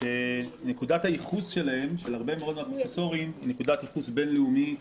נקודת הייחוס של הרבה מאוד מהפרופסורים היא נקודת ייחוס בין-לאומית,